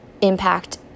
impact